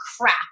crap